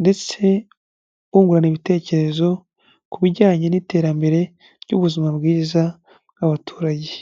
ndetse bungurana ibitekerezo, ku bijyanye n'iterambere ry'ubuzima bwiza bw'abaturage.